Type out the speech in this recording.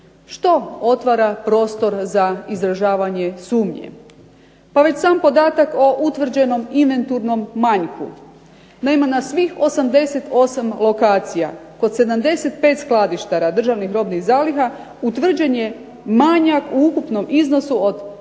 Što otvara prostor za izražavanje sumnje? Pa već sam podatak o utvrđenom inventurom manjku. Naime, na svih 88 lokacija kod 75 skladištara državnih robnih zaliha utvrđen je manjak u ukupnom iznosu od 4